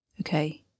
Okay